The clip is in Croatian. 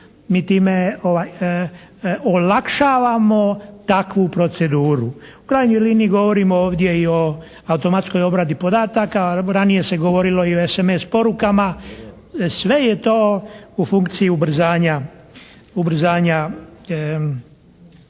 mi time olakšavamo takvu proceduru. U krajnjoj liniji govorimo ovdje i o automatskoj obradi podataka. Ranije se govorilo i o SMS porukama. Sve je to u funkciji ubrzanja ove